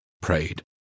prayed